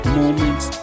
moments